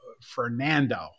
Fernando